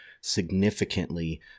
significantly